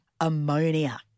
ammonia